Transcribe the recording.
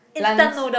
lunch